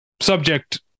subject